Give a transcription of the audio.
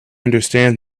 understand